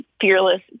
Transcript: fearless